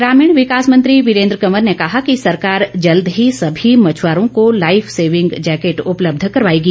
ग्रामीण विकास मंत्री वीरेंद्र कंवर ने कहा कि सरकार जल्द ही सभी मछुआरों को लाइफ सेविंग जैकेट उपलब्ध करवाएगी